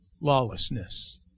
lawlessness